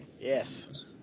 yes